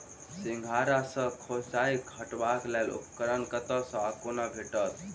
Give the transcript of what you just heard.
सिंघाड़ा सऽ खोइंचा हटेबाक लेल उपकरण कतह सऽ आ कोना भेटत?